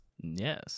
Yes